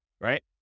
Right